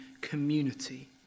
community